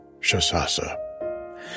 Shasasa